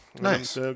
Nice